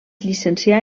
llicencià